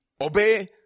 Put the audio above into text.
obey